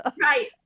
right